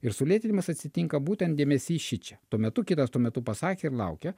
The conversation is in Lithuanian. ir sulėtinimas atsitinka būtent dėmesys šičia tuo metu kitas tuo metu pasakė ir laukia